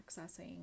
accessing